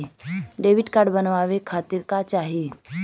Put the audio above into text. Debit card बनवावे खातिर का का चाही?